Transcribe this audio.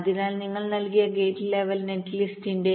അതിനാൽ നിങ്ങൾ നൽകിയ ഗേറ്റ് ലെവൽ നെറ്റ് ലിസ്റ്റിന്റെ